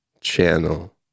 channel